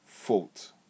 fault